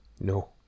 no